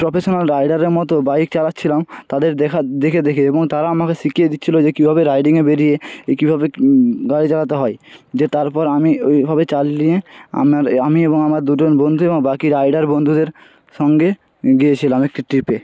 professional রাইডারের মতো bike চালাচ্ছিলাম তাদের দেখা দেখে দেখে এবং তারা আমাকে শিখিয়ে দিচ্ছিলো যে কীভাবে রাইডিংয়ে বেরিয়ে কীভাবে গাড়ি চালাতে হয় যে তারপর আমি ওইভাবে চালিয়ে আমার আমি এবং আমার দুজন বন্ধু এবং বাকি রাইডার বন্ধুদের সঙ্গে গিয়েছিলাম একটি ট্রিপে